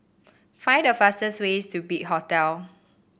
find the fastest way to Big Hotel